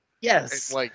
Yes